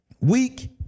weak